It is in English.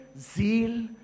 zeal